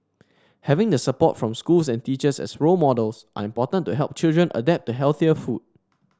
having the support from schools and teachers as role models are important to help children adapt to healthier food